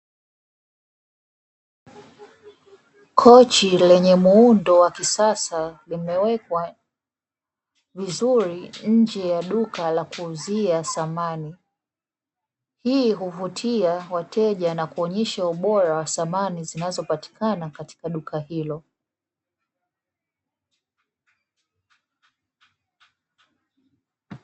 Kochi lenye muundo wa kisasa limewekwa vizuri nje ya duka la kuuzia samani, hii huvutia wateja na kuonesha ubora wa samani zinazopatikana katika duka hilo.